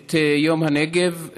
את יום הנגב.